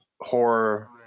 horror